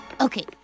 Okay